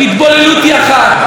התבוללות היא אחת.